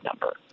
number